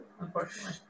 Unfortunately